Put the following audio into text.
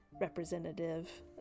representative